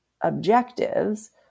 objectives